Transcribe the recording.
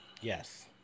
Yes